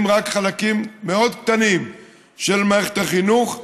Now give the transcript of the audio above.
רק חלקים מאוד קטנים של מערכת החינוך,